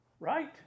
Right